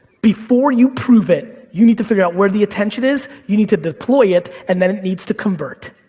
before you prove it, you need to figure out where the attention is, you need to deploy it, and then it needs to convert.